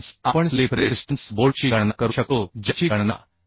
तर येथे आपण क्लिअरन्समध्ये बोल्ट गृहीत धरून 1 चा विचार करीत आहोत